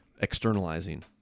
externalizing